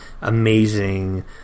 amazing